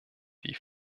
wie